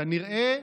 כנראה,